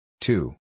Two